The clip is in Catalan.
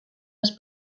les